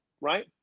Right